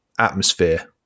atmosphere